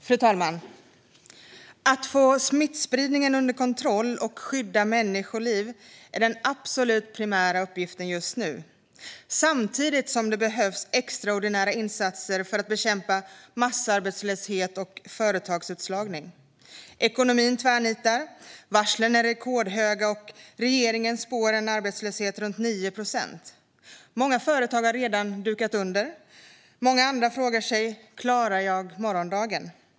Fru talman! Att få smittspridningen under kontroll och skydda människoliv är den absolut primära uppgiften just nu. Samtidigt behövs också extraordinära insatser för att bekämpa massarbetslöshet och företagsutslagning. Ekonomin tvärnitar. Varslen är rekordhöga, och regeringen spår en arbetslöshet runt 9 procent. Många företag har redan dukat under. Många andra frågar sig: Klarar jag morgondagen?